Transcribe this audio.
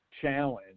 challenge